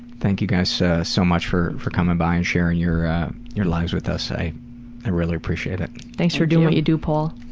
thank you guys so so much for for coming by and sharing your your lives with us. i i really appreciate it. thanks for doing what you do, paul.